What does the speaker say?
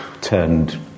turned